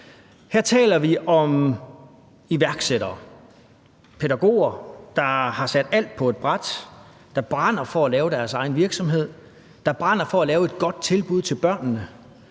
Her taler vi om iværksættere – pædagoger, der har sat alt på ét bræt; der brænder for at lave deres egen virksomhed; der brænder for at lave et godt tilbud til børnene;